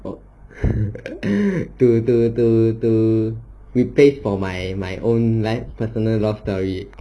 what to to to to we played for my own like personal love story